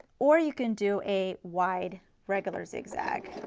or you can do a wide regular zigzag.